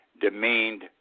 demeaned